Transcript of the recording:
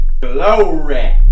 Glory